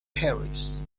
paris